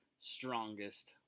strongest